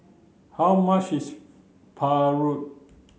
how much is Paru